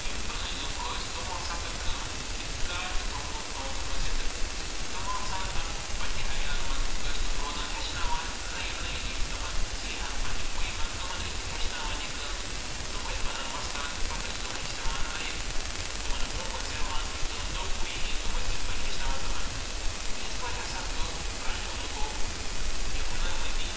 یِم پرٛٲنۍ لوٗکھ ٲسۍ تِموٚو ہسا کٔر کٲم یہِ کار ہسا تھوٚو تِموٚو زِندٕ تِموٚو ہسا اکھ پَننہِ عیال منٛزٲسۍ تِم روزان ہٮ۪چھناوان نَیَن نَیَن یِم تِمَن زیٚہان پَننہِ پُیہِ منٛز تِمَن ٲسۍ تِم ہیٚچھناوان یِہِ کٲم تہٕ تِم ٲسۍ بَنان اُستاد تہٕ پَتہٕ ٲسۍ تِم ہیٚچھناوان نَیَن یِم تِمَن برٛونٛہہ کُن زیٚہوان یُس تِمَن نٔوٚو پُیہِ یہِ تِم ٲسۍ تِتھۍ پٲٹھۍ ہیٚچھناوان تِمَن تہٕ یِتھ پٲٹھۍ ہسا تھٲو پرٛٲنیٛوٚو لوٗکو یہِ ہُنر مٔندۍ